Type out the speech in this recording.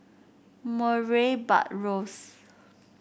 Murray Buttrose